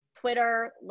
twitter